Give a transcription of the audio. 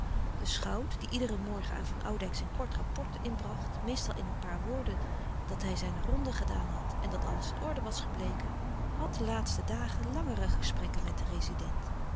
de schout die iederen morgen aan van oudijck zijn kort rapport inbracht meestal in een paar woorden dat hij zijne ronde gedaan had en dat alles in orde was gebleken had de laatste dagen langere gesprekken met den rezident